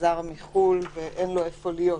שחזר מחו"ל ואין לו איפה להיות.